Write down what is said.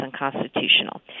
unconstitutional